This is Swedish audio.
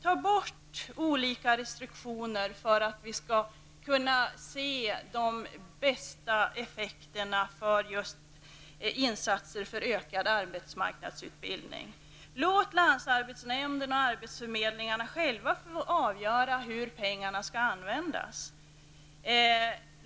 Ta bort olika restriktioner så att vi kan få de bästa effekterna av insatserna för ökad arbetsmarknadsutbildning. Låt länsarbetsnämnderna och arbetsförmedlingarna själva få avgöra hur pengarna skall användas.